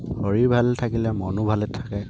শৰীৰ ভালে থাকিলে মনো ভালে থাকে